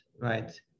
right